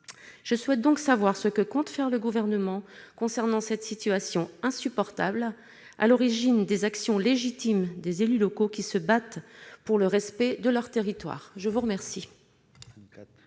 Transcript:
Je souhaite donc savoir ce que compte faire le Gouvernement au sujet de cette situation insupportable, à l'origine des actions légitimes des élus locaux qui se battent pour le respect de leur territoire. La parole